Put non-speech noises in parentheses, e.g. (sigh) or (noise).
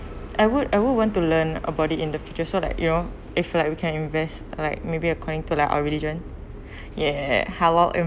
I would I would want to learn about it in the future so like you know if like we can invest like maybe according to like our religion (breath) ya halal